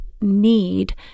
need